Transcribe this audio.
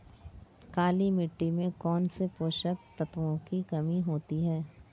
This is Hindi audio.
काली मिट्टी में कौनसे पोषक तत्वों की कमी होती है?